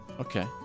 Okay